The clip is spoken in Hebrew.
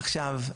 עכשיו,